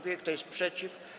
Kto jest przeciw?